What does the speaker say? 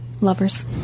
lovers